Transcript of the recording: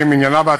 אתה